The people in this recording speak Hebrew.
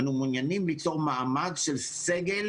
אנו מעוניינים ליצור מעמד של סגל